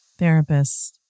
Therapists